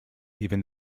even